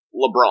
LeBron